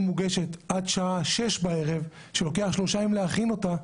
מוגשת עד השעה 18:00 בערב כשלוקח שלושה ימים להכין אותה,